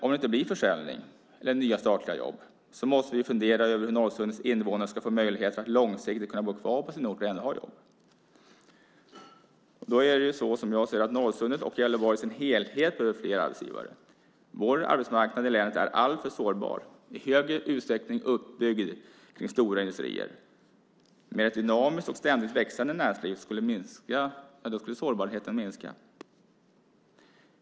Om det inte blir någon försäljning eller nya statliga jobb måste vi fundera över hur Norrsundets invånare ska få möjlighet att långsiktigt bo kvar på sin ort och ha jobb. Då anser jag att Norrsundet och Gävleborg i sin helhet behöver fler arbetsgivare. Vår arbetsmarknad i länet är alltför sårbar, i stor utsträckning uppbyggd kring stora industrier. Med ett dynamiskt och ständigt växande näringsliv skulle sårbarheten minska.